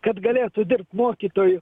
kad galėtų dirbt mokytoju